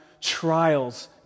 trials